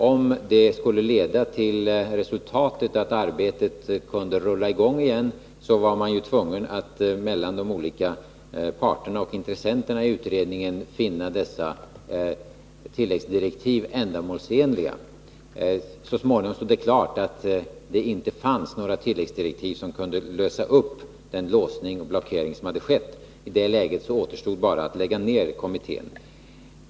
För att sådana skulle kunna leda till det resultatet att arbetet kunde rulla i gång igen, var man ju tvungen att se till att de olika parterna och intressenterna i utredningen sinsemellan kunde finna dessa tilläggsdirektiv ändamålsenliga. Så småningom stod det klart att det inte fanns några tilläggsdirektiv som kunde lösa upp den låsning och blockering som hade skett. I det läget återstod bara att lägga ner kommittén.